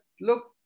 look